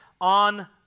on